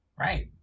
Right